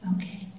Okay